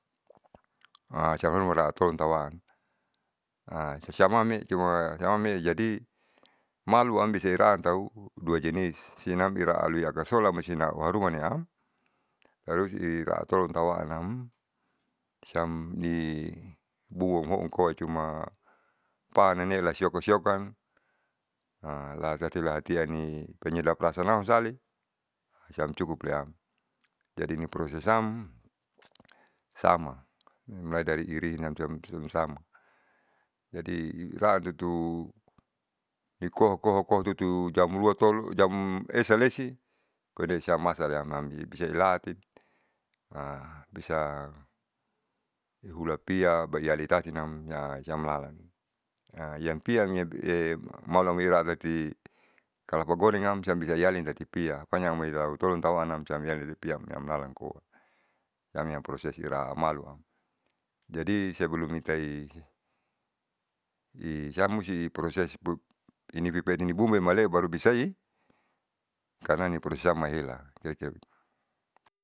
siam numa la atoluntauan siam mame'e cuma siam mame'e jadi maluam bisa iraan tau dua jenis sinam ira alui akasola masina auharumaniam tarus i raatoluntaun siam ni buah hamhoun koa cuma pananee lasiokan sioakan tati lahatiani penyedap rasanam sali siam cukuple am. jadi ni prosesam sama mulai dari iriaan siam son sama. Jadi raan tutu nikoa koa tutu jam lua tolo jam esa lesi koine siam masaleam ambi bisa lilaati bisa ihulapia baihalitatinam siam lalan yang pian yanv malaamoi raati kalapa gorengam siam bisa ialin tati pia. Pokonya lalan amoi tautolon tau anam siamlipia siamlalan koa siam yang proses iraamaluam. Jadi sebelum itai i siam musti proses inipibungaamaleu baru bisa i karna prosesam mahela.